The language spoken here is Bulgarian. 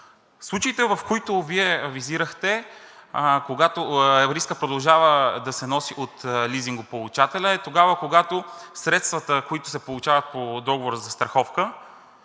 Случаите, които Вие визирахте, когато рискът продължава да се носи от лизингополучателя, е тогава, когато средствата, които се получават по договора за застраховка,